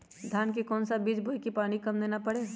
धान का कौन सा बीज बोय की पानी कम देना परे?